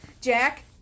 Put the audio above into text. Jack